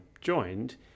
joined